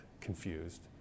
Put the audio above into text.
confused